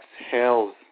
exhales